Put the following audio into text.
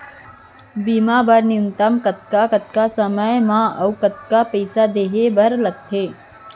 बीमा बर न्यूनतम कतका कतका समय मा अऊ कतका पइसा देहे बर लगथे